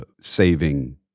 saving